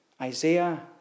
Isaiah